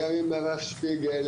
גם עם הרב שפיגל,